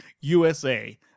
USA